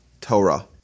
Torah